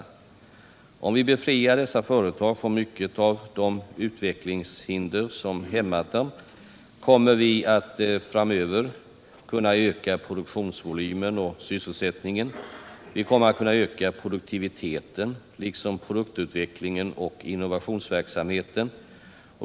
Om vi befriar . De mindre och dessa företag från mycket av de utvecklingshinder som hämmat dem <: medelstora kommer vi framöver att kunna öka produktionsvolymen och sysselsätt — företagens utveckningen, vi kommer att kunna öka produktiviteten liksom produktut = ling, m.m. vecklingen och innovationsverksamheten.